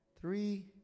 three